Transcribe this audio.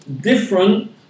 different